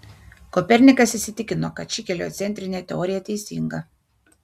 kopernikas įsitikino kad ši heliocentrinė teorija teisinga